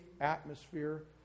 atmosphere